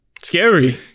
scary